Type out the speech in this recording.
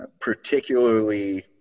particularly